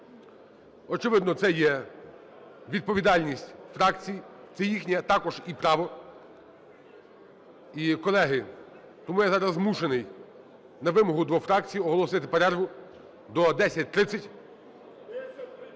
Очевидно, це є відповідальність фракцій, це їхнє також і право. І, колеги, тому я зараз змушений на вимогу двох фракцій оголосити перерву до 10:30.